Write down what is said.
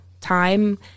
time